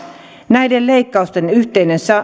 näiden leikkausten yhteinen